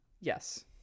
yes